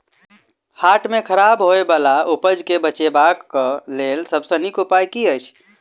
हाट मे खराब होय बला उपज केँ बेचबाक क लेल सबसँ नीक उपाय की अछि?